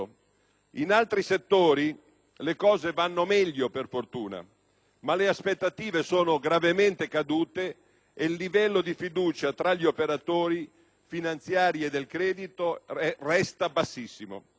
In altri settori le cose vanno meglio, per fortuna, ma le aspettative sono gravemente cadute e il livello di fiducia tra gli operatori finanziari e del credito resta bassissimo.